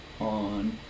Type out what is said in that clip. on